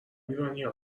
ایرانیها